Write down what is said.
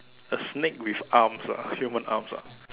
a snake with arms ah human arms ah